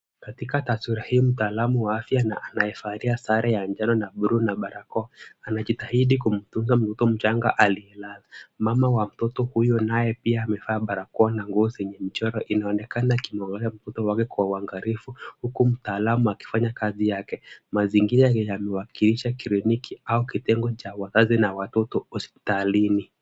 Katika taswira hii, mtaalam wa afya anayevalia sare ya njano na bluu na barakoa. Anajitahidi kumtunza mtoto mchanga aliyelala. Mama wa mtoto huyo naye pia amevaa barakoa na nguo zenye mchoro. Inaonekana akimwangalia mtoto wake kwa uangalifu huku mtaalam akifanya kazi yake. Mazingira yamewakilisha kliniki au kitengo cha wazazi na watoto hospitalini.